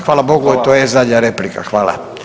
Hvala Bogu to je zadnja replika, hvala.